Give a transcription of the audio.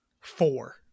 four